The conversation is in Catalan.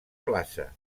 plaça